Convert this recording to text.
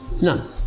None